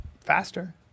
faster